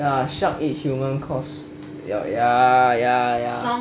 ya shark eat human cause ya ya